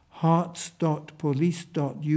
hearts.police.uk